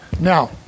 Now